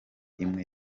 imwe